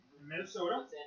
Minnesota